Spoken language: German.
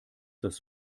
das